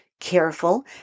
careful